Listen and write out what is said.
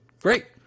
great